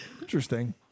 Interesting